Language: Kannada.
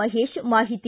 ಮಹೇಶ್ ಮಾಹಿತಿ